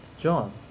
John